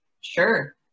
sure